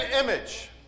image